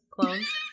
clones